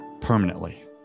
permanently